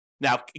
Now